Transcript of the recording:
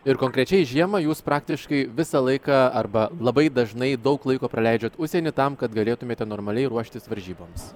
ir konkrečiai žiemą jūs praktiškai visą laiką arba labai dažnai daug laiko praleidžiat užsieny tam kad galėtumėte normaliai ruoštis varžyboms